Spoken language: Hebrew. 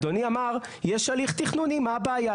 אדוני אמר: יש הליך תכנוני, מה הבעיה?